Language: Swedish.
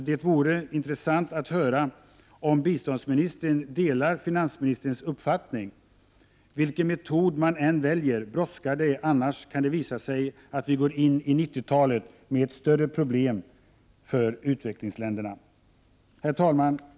Det vore intressant att höra om biståndsministern delar finansministerns uppfattning. Vilken metod man än väljer brådskar det, annars kan det visa sig att vi går in i 90-talet med än större problem för utvecklingsländerna. Herr talman!